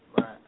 right